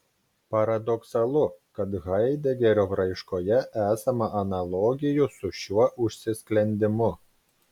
paradoksalu kad haidegerio raiškoje esama analogijų su šiuo užsisklendimu